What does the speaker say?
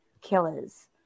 killers